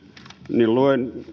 niin luen